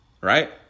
right